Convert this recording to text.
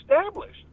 established